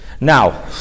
Now